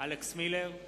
אלכס מילר,